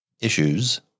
issues